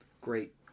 great